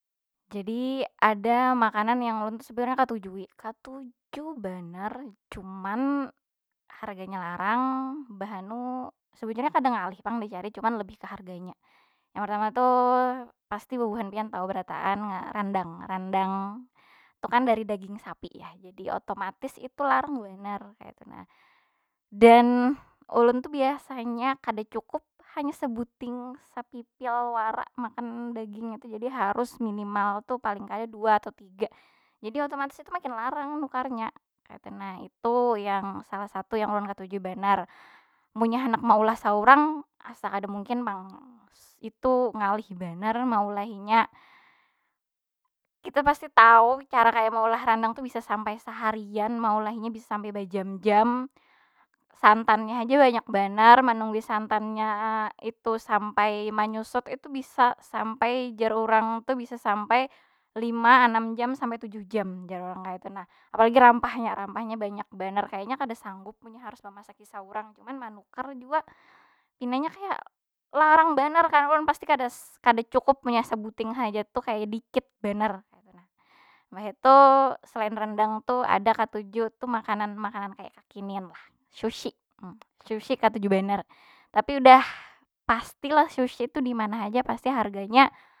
Jadi ada makanan yang ulun tu sebenarnya katujui. Katuju banar, cuman harganya larang bah anu, sebujurnya kada ngalih pang dicari, cuman lebih ke harganya. Yang pertama tu, pati bubuhan pian tahu berataan. randang- randang, randang itu kan dari daging sapi yah, jadi otomatis itu larang banar kaytu nah. Dan ulun tu biasanya kada cukup hanya sebuting sapipil wara makan dagingnya tu. Jadi harus minimal tu paling kada dua atau tiga, jadi otomatis itu makin larang nukarnya, kaytu nah. Itu yang salah satu yang ulun katuju banar. Munnya handak maulah saurang, asa kada mungkin pang. Itu ngalih banar maulahinya. Kita pasti tahu cara kaya maulah rendang tu bisa sampai saharian maulahnya bisa sampai bajam- jam. Santanya haja banyak banar, manunggui santannya itu sampai manyusut itu bisa sampai, jar urang itu bisa sampai lima anam jam sampai tujuh jam, jar urang kaytu nah. Apalagi rampahnya, rampahnya banyak banar. Kayanya kada sanggup munnya harus mamasaki saurang. Cuman manukar jua, pinanya kaya larang banar kan ulun pasti kada kada cukup munya sabuting haja tu kaya dikit banar kaytu nah. Imbah itu selain rendang tu, ada katuju tu makanan- makanan kaya kakinian lah, sushi. Sushi katuju banar. Tapi udah pasti lah sushi tu dimana haja pasti harganya.